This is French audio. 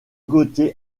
gautier